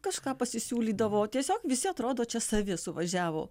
kažką pasisiūlydavo o tiesiog visi atrodo čia savi suvažiavo